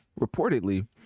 reportedly